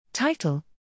Title